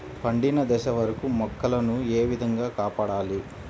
పండిన దశ వరకు మొక్కల ను ఏ విధంగా కాపాడాలి?